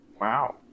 wow